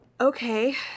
Okay